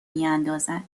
میاندازد